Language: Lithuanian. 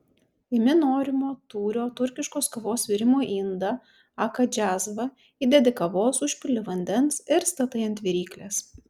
imi norimo tūrio turkiškos kavos virimo indą aka džiazvą įdedi kavos užpili vandens ir statai ant viryklės